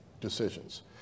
decisions